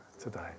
today